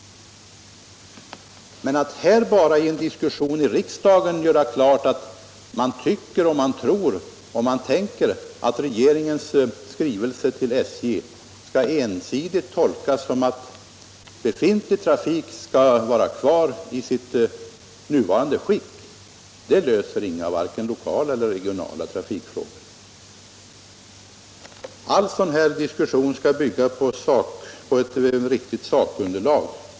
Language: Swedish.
Men att i en diskussion här i riksdagen klargöra att man tycker och tror och tänker att regeringens skrivelse till SJ skall ensidigt tolkas så, att befintlig trafik skall vara kvar i sitt nuvarande skick, löser vare sig lokala eller regionala trafikproblem. All sådan diskussion måste bygga på ett riktigt sakunderlag.